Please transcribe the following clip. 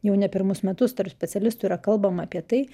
jau ne pirmus metus tarp specialistų yra kalbama apie tai